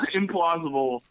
implausible